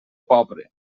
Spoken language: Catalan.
pobre